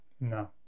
No